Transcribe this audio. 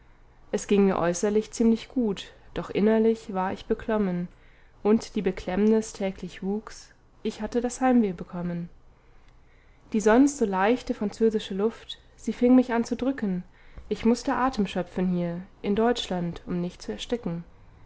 es ging mir äußerlich ziemlich gut doch innerlich war ich beklommen und die beklemmnis täglich wuchs ich hatte das heimweh bekommen die sonst so leichte französische luft sie fing mich an zu drücken ich mußte atem schöpfen hier in deutschland um nicht zu ersticken